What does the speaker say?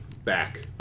Back